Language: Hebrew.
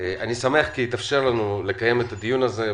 אני שמח, כי התאפשר לנו לקיים את הדיון הזה.